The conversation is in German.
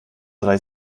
drei